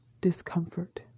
discomfort